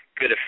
good